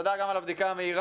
תודה גם על הבדיקה המהירה.